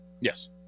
Yes